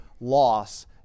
loss